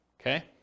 Okay